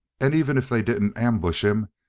and even if they didn't ambush him,